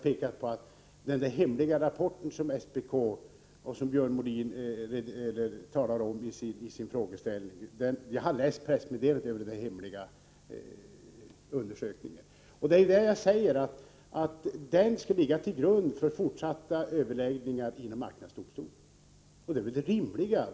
Beträffande SPK:s hemliga rapport, som Björn Molin talat om, kan jag säga att jag läst pressmeddelandet om denna hemliga undersökning. Jag säger ju att rapporten skall ligga till grund för fortsatta överläggningar inom marknadsdomstolen. Det är väl det rimliga.